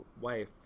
wife